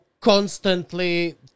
constantly